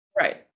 Right